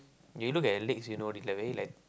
you look at the legs you know it's like very like